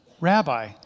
Rabbi